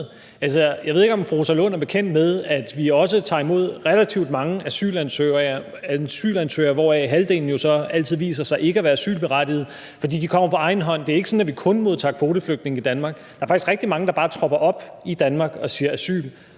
Jeg ved ikke, om fru Rosa Lund er bekendt med, at vi også tager imod relativt mange asylansøgere, hvoraf halvdelen jo så viser sig ikke at være asylberettigede, fordi de kommer på egen hånd. Det er ikke sådan, at vi kun modtager kvoteflygtninge i Danmark. Der er faktisk rigtig mange, der bare tropper op i Danmark og siger: Asyl.